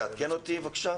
תעדכן אותי בבקשה?